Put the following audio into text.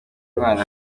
intwaro